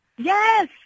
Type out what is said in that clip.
Yes